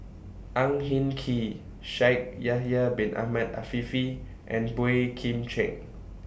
Ang Hin Kee Shaikh Yahya Bin Ahmed Afifi and Boey Kim Cheng